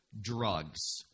Drugs